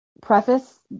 preface